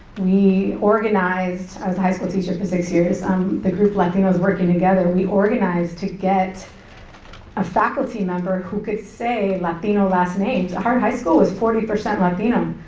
we organized, i was a high school teacher for six years. um the group, latinos working together, we organized to get a faculty member who could say latino last names. our high school was forty percent latino,